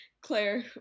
Claire